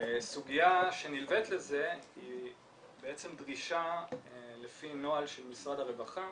סוגיה שנלווית לזה היא דרישה לפי נוהל של משרד הרווחה